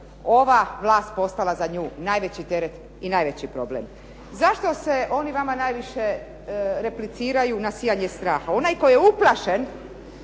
ova vlast postala za nju najveći teret i najveći problem. Zašto se oni vama najviše repliciraju na sijanje straha. Onaj tko je uplašen